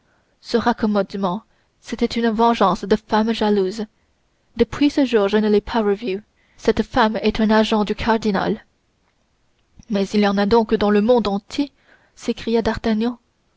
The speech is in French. ce raccommodement c'était une vengeance de femme jalouse depuis ce jour je ne l'ai pas revue cette femme est un agent du cardinal mais il en a donc dans le monde entier s'écria